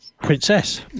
princess